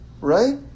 Right